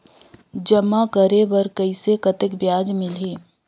जमा करे बर कइसे कतेक ब्याज मिलही?